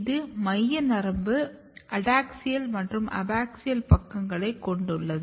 இது மையநரம்பு அடாக்ஸியல் மற்றும் அபாக்சியல் பக்கங்களைக் கொண்டுள்ளது